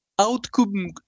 Outcome